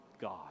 God